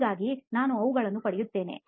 ಹಾಗಾಗಿ ನಾನು ಅವುಗಳನ್ನು ಪಡೆಯುತ್ತೇನೆ